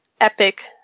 epic